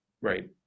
right